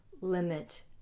Limit